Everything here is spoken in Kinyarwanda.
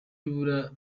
ibura